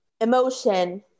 emotion